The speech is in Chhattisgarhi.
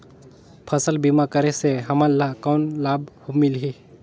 फसल बीमा करे से हमन ला कौन लाभ मिलही?